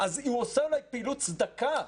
אומנם הוא עושה אולי פעילות צדקה,